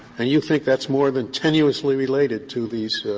and you think that's more than tenuously related to these